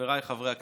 חבריי חברי הכנסת,